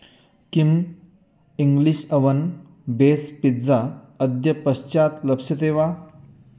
किम् English oven base pizza अद्य पश्चात् लप्स्यते वा